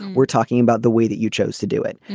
we're talking about the way that you chose to do it,